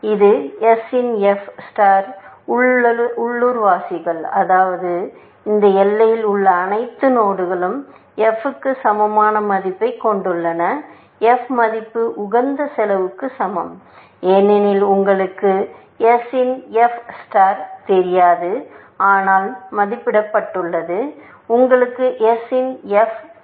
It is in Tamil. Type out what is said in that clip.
இது s இன் f நட்சத்திரத்தின் உள்ளூர்வாசிகள் அதாவது இந்த எல்லையில் உள்ள அனைத்து நோடுகளும் f க்கு சமமான மதிப்பைக் கொண்டுள்ளன f மதிப்பு உகந்த செலவுக்கு சமம் ஏனெனில் உங்களுக்கு s இன் f நட்சத்திரம் தெரியாதுஅதனால் மதிப்பிடப்பட்டுள்ளது உங்களுக்கு s இன் f தெரியும்